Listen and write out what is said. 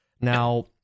Now